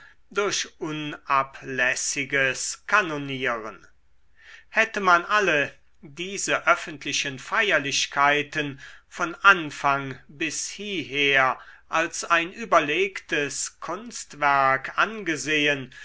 durch unablässiges kanonieren hätte man alle diese öffentlichen feierlichkeiten von anfang bis hieher als ein überlegtes kunstwerk angesehen